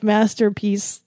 Masterpiece